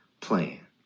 plan